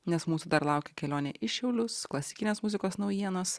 nes mūsų dar laukia kelionė į šiaulius klasikinės muzikos naujienos